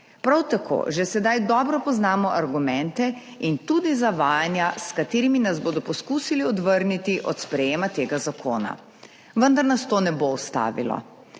Prav tako že sedaj dobro poznamo argumente in tudi zavajanja, s katerimi nas bodo poskusili odvrniti od sprejetja tega zakona, vendar nas to ne bo ustavilo,